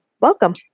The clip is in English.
Welcome